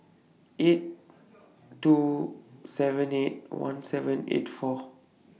eight two seven eight one seven eight four